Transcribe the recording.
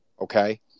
okay